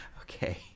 Okay